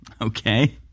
okay